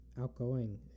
outgoing